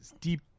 deep